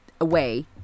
away